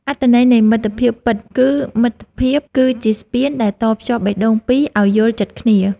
អត្ថន័យនៃមិត្តភាពពិត គឺមិត្តភាពគឺជាស្ពានដែលតភ្ជាប់បេះដូងពីរឱ្យយល់ចិត្តគ្នា។